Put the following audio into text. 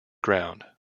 ground